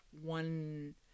one